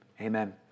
amen